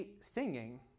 singing